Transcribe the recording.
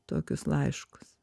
tokius laiškus